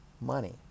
money